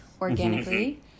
organically